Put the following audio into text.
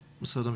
המשפטים.